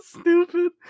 stupid